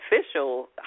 official